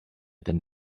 than